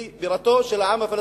היא בירתו של העם הפלסטיני,